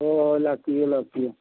ꯑꯣ ꯂꯥꯛꯄꯤꯎ ꯂꯥꯛꯄꯤꯎ